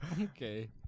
Okay